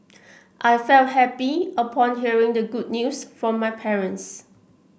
I felt happy upon hearing the good news from my parents